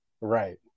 Right